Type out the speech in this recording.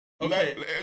Okay